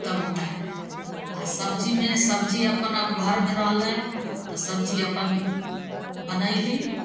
तब उतारबै आओर सबजीमे सबजी अपन घरमे रहलै तऽ सबजी अपन बनैली